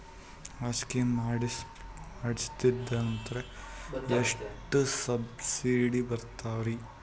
ಆ ಸ್ಕೀಮ ಮಾಡ್ಸೀದ್ನಂದರ ಎಷ್ಟ ಸಬ್ಸಿಡಿ ಬರ್ತಾದ್ರೀ?